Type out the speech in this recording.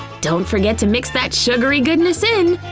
don't forget to mix that sugary goodness in!